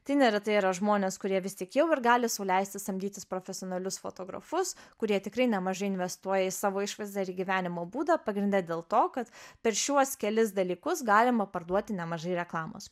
tai neretai yra žmonės kurie vis tik jau ir gali sau leisti samdytis profesionalius fotografus kurie tikrai nemažai investuoja į savo išvaizdą ir gyvenimo būdą pagrinde dėl to kad per šiuos kelis dalykus galima parduoti nemažai reklamos